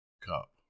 cup